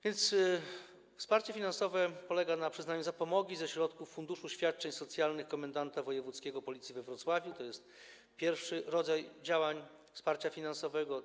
Więc wsparcie finansowe polega na przyznaniu zapomogi ze środków funduszu świadczeń socjalnych komendanta wojewódzkiego Policji we Wrocławiu, to jest pierwszy rodzaj wsparcia finansowego.